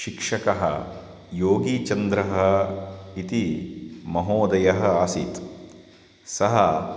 शिक्षकः योगीचन्द्रः इति महोदयः आसीत् सः